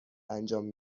انجام